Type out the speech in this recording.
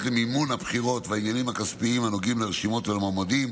הנוגעים למימון הבחירות והעניינים הכספיים הנוגעים לרשימות ולמועמדים: